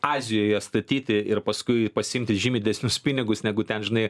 azijoje statyti ir paskui pasiimti žymiai didesnius pinigus negu ten žinai